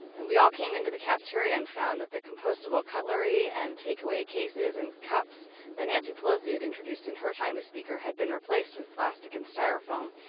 and we all came into the cafeteria and found that the compostable cutlery, and takeaway cases and cups that nancy pelosi had introduced in her time as speaker had been replaced with plastic and styrofoam.